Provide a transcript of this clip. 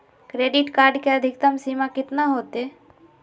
Credit card के अधिकतम सीमा कितना होते?